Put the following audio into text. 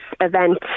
event